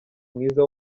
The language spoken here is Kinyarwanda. mwiza